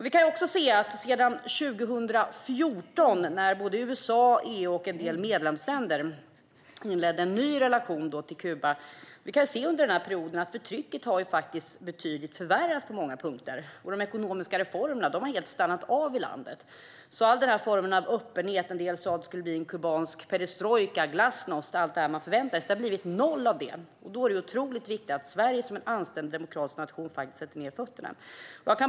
Vi kan också se att sedan 2014, då USA, EU och en del medlemsländer inledde en ny relation till Kuba, har förtrycket förvärrats betydligt på många punkter. Och de ekonomiska reformerna har helt stannat av i landet. En del sa att det skulle bli en kubansk perestrojka, glasnost och allt det som man förväntade sig. Men det har blivit noll av all form av öppenhet. Då är det otroligt viktigt att Sverige som en anständig demokratisk nation faktiskt sätter ned fötterna.